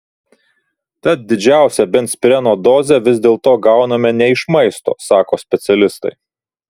tad didžiausią benzpireno dozę vis dėlto gauname ne iš maisto sako specialistai